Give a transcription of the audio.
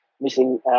missing